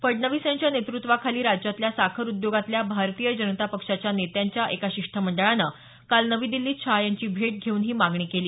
फडणवीस यांच्या नेतृत्त्वाखाली राज्यातल्या साखर उद्योगातल्या भारतीय जनता पक्षाच्या नेत्यांच्या एका शिष्टमंडळानं काल नवी दिल्लीत शहा यांची भेट घेऊन ही मागणी केली